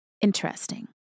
interesting